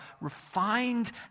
refined